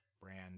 Brand